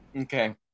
Okay